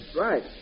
right